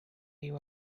you